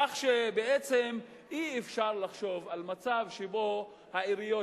לכן בעצם אי-אפשר לחשוב על מצב שבו העיריות